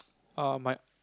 uh my